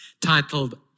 titled